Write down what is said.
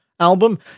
album